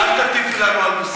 אל תטיפי לנו על מוסר.